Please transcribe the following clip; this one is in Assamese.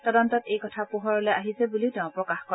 তদন্তত এই কথা পোহৰলৈ আহিছে বুলিও তেওঁ প্ৰকাশ কৰে